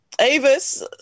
Avis